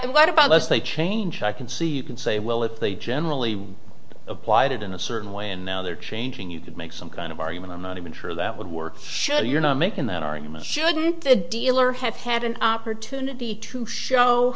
and what about us they change i can see you can say well if they generally applied it in a certain way and now they're changing you could make some kind of argument i'm not even sure that would work surely you're not making that argument shouldn't the dealer have had an opportunity to show